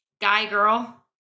Guy-girl